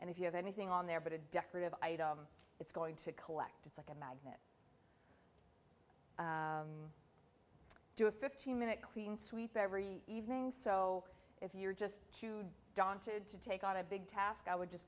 and if you have anything on there but a decorative it's going to collect it's like a magnet to a fifteen minute clean sweep every evening so if you're just chewed daunted to take on a big task i would just